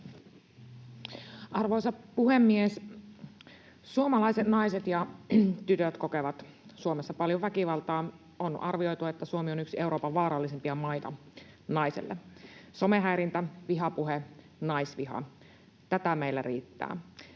Arvoisa puhemies! Suomalaiset naiset ja tytöt kokevat Suomessa paljon väkivaltaa. On arvioitu, että Suomi on yksi Euroopan vaarallisimmista maista naiselle. Somehäirintä, vihapuhe, naisviha — tätä meillä riittää.